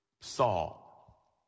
Saul